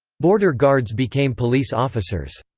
border guards became police officers.